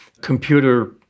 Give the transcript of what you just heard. Computer